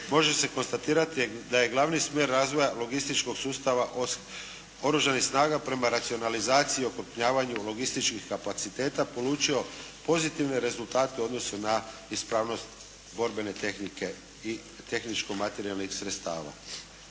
može se konstatirati da je glavni smjer razvoja logističkog sustava Oružanih snaga prema racionalizaciji i okrupnjavanju logističkih kapacitete polučio pozitivne rezultate u odnosu na ispravnost borbene tehnike i tehničko-materijalnih sredstava.